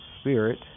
Spirit